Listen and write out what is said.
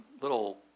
little